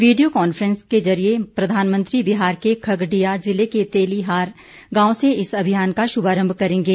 video conference के जरिए प्रधानमंत्री बिहार के खगडिया जिले के तेलीहार गांव से इस अभियान का शुभारंभ करेंगे